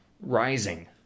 rising